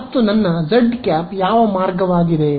ಮತ್ತು ನನ್ನ z ಯಾವ ಮಾರ್ಗವಾಗಿದೆ